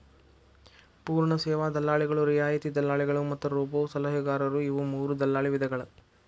ಪೂರ್ಣ ಸೇವಾ ದಲ್ಲಾಳಿಗಳು, ರಿಯಾಯಿತಿ ದಲ್ಲಾಳಿಗಳು ಮತ್ತ ರೋಬೋಸಲಹೆಗಾರರು ಇವು ಮೂರೂ ದಲ್ಲಾಳಿ ವಿಧಗಳ